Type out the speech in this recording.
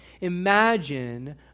Imagine